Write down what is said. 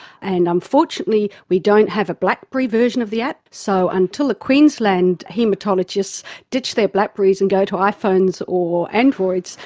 and unfortunately we don't have a blackberry version of the app, so until the queensland haematologists ditch their blackberries and go to iphones or androids,